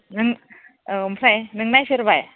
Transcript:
नों औ ओमफ्राय नों नायफेरबाय